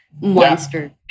monster